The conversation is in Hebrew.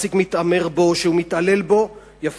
כשהמעסיק מתעמר בו, או שהוא מתעלל בו, ויזה.